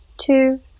two